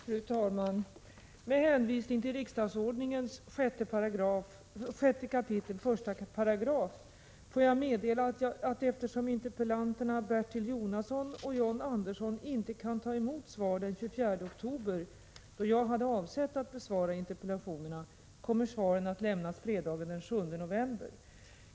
Fru talman! Med hänvisning till riksdagsordningens 6 kap. 15§ får jag meddela, att eftersom interpellanterna Bertil Jonasson och John Andersson inte kan ta emot svar den 24 oktober, då jag hade avsett besvara interpellationerna, kommer svar att lämnas fredagen den 7 november.